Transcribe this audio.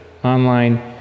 online